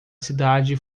cidade